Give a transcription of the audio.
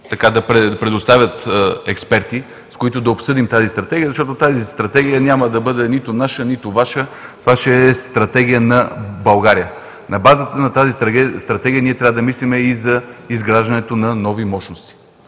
да предоставят експерти, с които да обсъдим тази стратегия, защото тя няма да бъде нито наша, нито Ваша, това ще е стратегия на България. На базата на тази стратегия трябва да мислим и за изграждането на нови мощности.